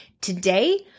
Today